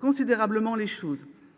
considérablement les choses.